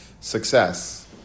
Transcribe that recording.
success